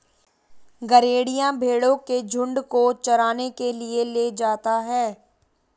गरेड़िया भेंड़ों के झुण्ड को चराने के लिए ले जाता है